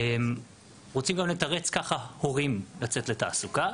רוצים גם לתרץ ככה הורים לצאת לתעסוקה,